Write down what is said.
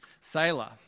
sailor